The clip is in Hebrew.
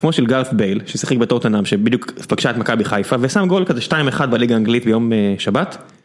כמו של גרף בייל שישחק בתותנהאם שבדיוק פגשה את מכבי חיפה ושם גול כזה 2-1 בליגה אנגלית ביום שבת.